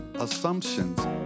assumptions